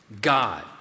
God